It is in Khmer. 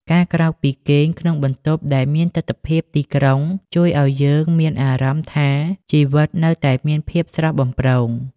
ការក្រោកពីគេងក្នុងបន្ទប់ដែលមានទិដ្ឋភាពទីក្រុង ជួយឱ្យយើងមានអារម្មណ៍ថាជីវិតនៅតែមានភាពស្រស់បំព្រង។